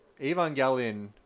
Evangelion